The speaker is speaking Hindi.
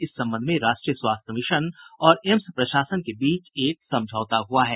इस संबंध में राष्ट्रीय स्वास्थ्य मिशन और एम्स प्रशासन के बीच एक समझौता हुआ है